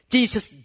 Jesus